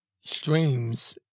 streams